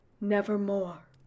nevermore